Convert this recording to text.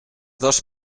dos